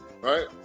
right